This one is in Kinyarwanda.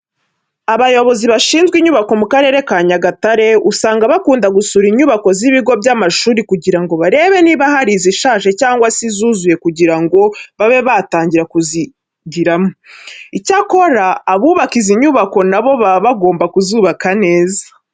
Abayobozi bashinzwe inyubako mu Karere ka Nyagatare usanga bakunda gusura inyubako z'ibigo bw'amashuri kugira ngo barebe niba hari izishaje cyangwa se izuzuye kugira ngo babe batangira kuzigiramo. Icyakora abubaka izi nyubako na bo baba bagomba kuzubaka neza.